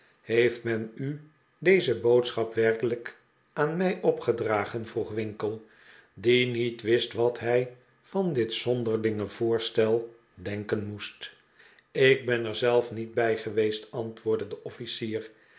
heeft men u deze boodschap werkelijk aan mij opgedragen vroeg winkle die niet wist wat hij van dit zonderlinge voorstel denken moest ik ben er zelf niet bij geweest antwoordde de officier